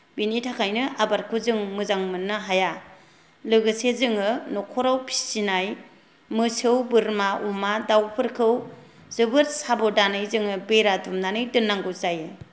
बेनि थाखायनो आबादखौ जों मोजां मोन्नो हाया लोगोसे जोङो नखराव फिसिनाय मोसौ बोरमा अमा दावफोरखौ जोबोर साबधानै जोङो बेरा दुमनानै दोन्नांगौ जायो